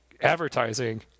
advertising